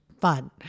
fun